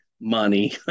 money